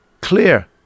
clear